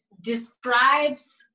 describes